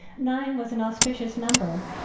nine was an auspicious number.